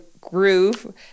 groove